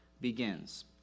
begins